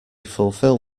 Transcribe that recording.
fulfil